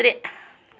ترٛےٚ